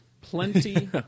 Plenty